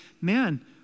man